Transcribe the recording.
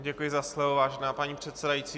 Děkuji za slovo, vážená paní předsedající.